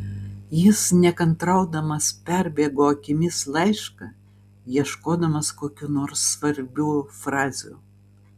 jis nekantraudamas perbėgo akimis laišką ieškodamas kokių nors svarbių frazių